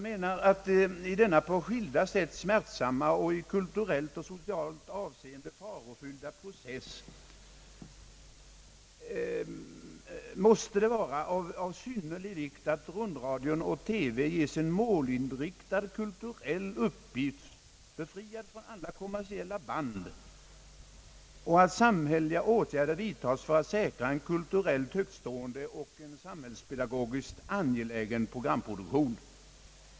I denna på skilda sätt smärtsamma och i kulturellt och socialt avseende farofyllda process måste det vara av synnerlig vikt att rundradion och televisionen ges en målinriktad kulturell uppgift, befriad från alla kommersiella band, och att samhälleliga åtgärder vidtas för att säkra en kulturellt högtstående och samhällspedagogiskt angelägen programproduktion.